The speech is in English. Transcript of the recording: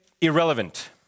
irrelevant